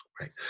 Right